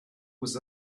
was